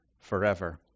forever